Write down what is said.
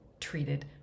treated